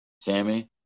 sammy